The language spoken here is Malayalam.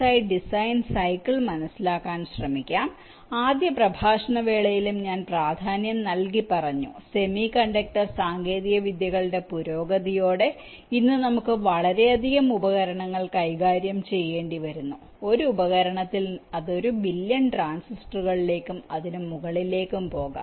ഐ ഡിസൈൻ സൈക്കിൾ മനസ്സിലാക്കാൻ ശ്രമിക്കാം ആദ്യ പ്രഭാഷണ വേളയിലും ഞാൻ പ്രാധാന്യം നൽകിപ്പറഞ്ഞു സെമി കണ്ടക്ടർ സാങ്കേതികവിദ്യകളുടെ പുരോഗതിയോടെ ഇന്ന് നമുക്ക് വളരെയധികം ഉപകരണങ്ങൾ കൈകാര്യം ചെയ്യേണ്ടി വരുന്നു ഒരു ഉപകരണത്തിൽ അത് ഒരു ബില്യൺ ട്രാൻസിസ്റ്ററുകളിലേക്കും അതിനുമുകളിലേക്കും പോകാം